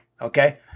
okay